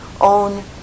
own